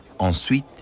ensuite